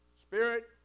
spirit